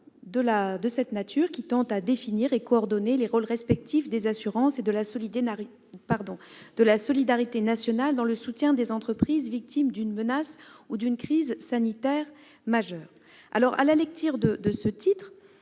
de loi tendant à définir et à coordonner les rôles respectifs des assurances et de la solidarité nationale dans le soutien des entreprises victimes d'une menace ou d'une crise sanitaire majeure. Le texte qui